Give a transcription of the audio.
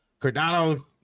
Cardano